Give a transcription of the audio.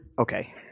Okay